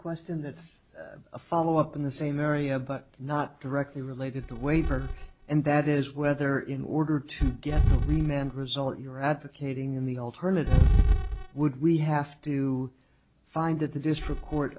question that's a follow up in the same area but not directly related to waiver and that is whether in order to get mean and result you are advocating the alternative would we have to find that the district court